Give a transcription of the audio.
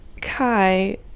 Kai